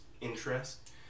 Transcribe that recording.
interest